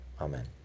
Amen